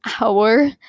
hour